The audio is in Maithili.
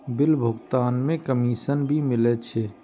बिल भुगतान में कमिशन भी मिले छै?